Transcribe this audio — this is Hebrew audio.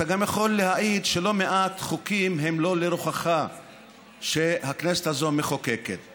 ואתה גם יכול להעיד שלא מעט חוקים שהכנסת הזאת מחוקקת הם לא לרוחך.